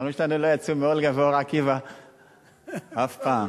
ההורים שלנו לא יצאו מאולגה ואור-עקיבא אף פעם.